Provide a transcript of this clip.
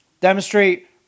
demonstrate